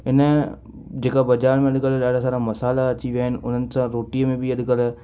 इन जेका बाज़ारि में अॼुकल्ह ॾाढा सारा मसाला अची विया आहिनि उन्हनि सां रोटीअ में बि अॼुकल्ह